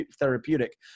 therapeutic